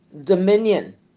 dominion